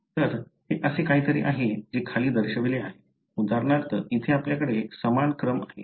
तर हे असे काहीतरी आहे जे खाली दर्शविले आहे उदाहरणार्थ येथे आपल्याकडे समान क्रम आहे